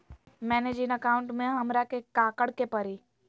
मैंने जिन अकाउंट में हमरा के काकड़ के परी?